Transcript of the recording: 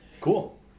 Cool